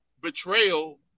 betrayal